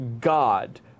god